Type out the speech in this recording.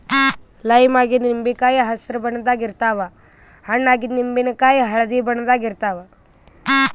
lime ಅಂದ್ರ ನಿಂಬಿಕಾಯಿ ಹಸ್ರ್ ಬಣ್ಣದ್ ಗೊಳ್ ಇರ್ತವ್ ಹಣ್ಣ್ ಆಗಿವ್ ನಿಂಬಿಕಾಯಿ ಹಳ್ದಿ ಬಣ್ಣದ್ ಇರ್ತವ್